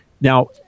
Now